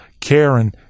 Karen